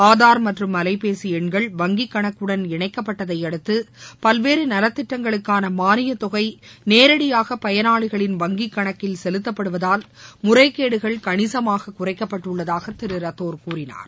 ஆதார் மற்றும் அலைபேசி எண்களை வங்கி கணக்குடன் இணைக்கப்பட்டதை அடுத்து பல்வேறு நல திட்டங்களுக்கான மானிய தொகை நேரடியாக பயனாளிகளின் வங்கி கணக்கில் செலுத்தப்படுவதால் முறைகேடுகள் கணிசமாக குறைக்கப்பட்டுள்ளதாக திரு ரத்தோர் கூறினார்